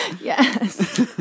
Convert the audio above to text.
yes